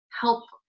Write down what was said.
help